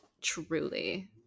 truly